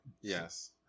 yes